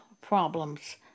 problems